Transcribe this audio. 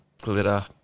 glitter